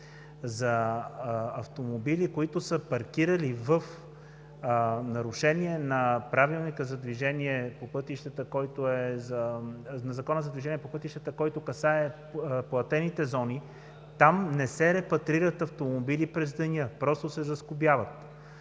За автомобили, които са паркирали в нарушение на Закона за движение по пътищата, който касае платените зони – там не се репатрират автомобили през деня, просто се заскобяват.